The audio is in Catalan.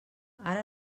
ara